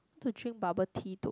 to drink bubble tea to